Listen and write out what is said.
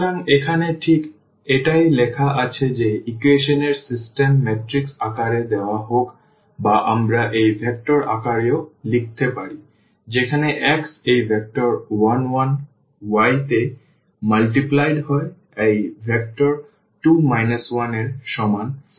সুতরাং এখানে ঠিক এটাই লেখা আছে যে ইকুয়েশন এর সিস্টেম ম্যাট্রিক্স আকারে দেওয়া হোক বা আমরা এই ভেক্টর আকারে ও লিখতে পারি যেখানে x এই ভেক্টর 1 1 y তে গুণিত হয় এই ভেক্টর 2 1 এর সমান 4 1